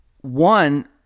One